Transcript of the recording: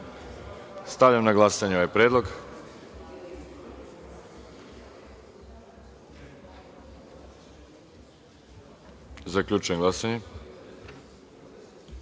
na glasanje ovaj predlog. Zaključujem glasanje: